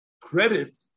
credit